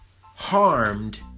harmed